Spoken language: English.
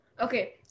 Okay